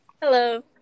Hello